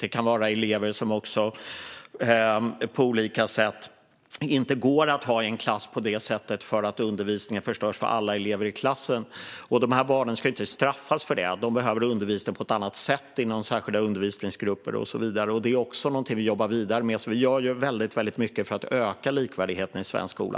Det kan även handla om elever som på olika sätt inte går att ha i en klass på det sättet, eftersom undervisningen förstörs för alla elever i klassen. Dessa barn ska inte straffas för det - de behöver undervisning på ett annat sätt, inom särskilda undervisningsgrupper och så vidare. Detta är någonting som vi jobbar vidare med, så vi gör väldigt mycket för att öka likvärdigheten i svensk skola.